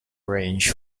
range